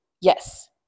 yes